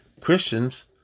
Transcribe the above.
Christians